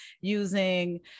using